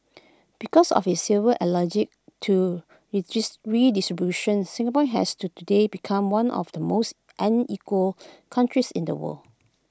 because of his severe allergy to redistribution Singapore has today become one of the most unequal countries in the world